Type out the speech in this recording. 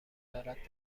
دارد